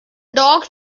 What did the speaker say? dogs